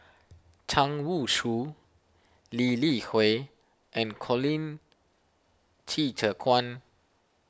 Zhang Youshuo Lee Li Hui and Colin Qi Zhe Quan